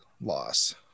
loss